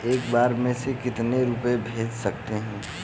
एक बार में मैं कितने रुपये भेज सकती हूँ?